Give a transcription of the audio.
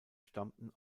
stammten